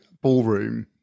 ballroom